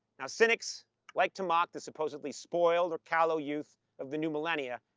now cynics like to mock the supposedly spoiled or callow youth of the new millennia.